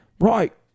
Right